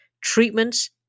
treatments